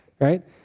right